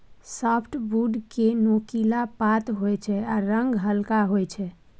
softwood केँ नोकीला पात होइ छै आ रंग हल्का होइ छै